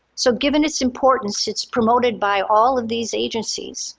so given its importance, it's promoted by all of these agencies.